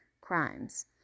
crimes